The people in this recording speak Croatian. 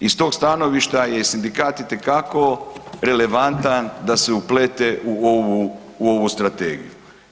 I s tog stanovišta je sindikat itekako relevantan da se uplete u ovu strategiju.